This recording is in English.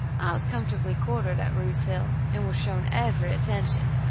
i was comfortably quartered at rude's hill, and was shown every attention.